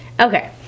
Okay